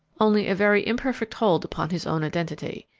only a very imperfect hold upon his own identity.